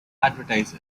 advertise